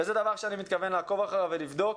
וזה דבר שאני מתכוון לעקוב אחריו ולבדוק.